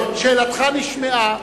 שאלתך נשמעה,